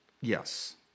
Yes